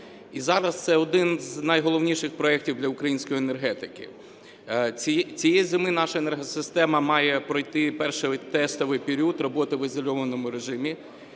зараз це один з найголовніших проектів для української енергетики. Цієї зими наша енергосистема має пройти перший тестовий період роботи в ізольованому режимі.